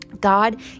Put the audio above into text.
God